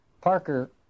Parker